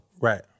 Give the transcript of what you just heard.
Right